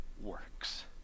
works